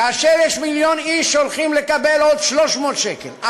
כאשר יש מיליון איש שהולכים לקבל עוד 300 שקל,